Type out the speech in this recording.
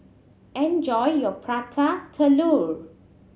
enjoy your Prata Telur